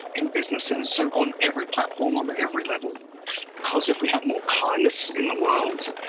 in businesses, so on every platform on every level because if we had more kindness in the world,